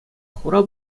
хура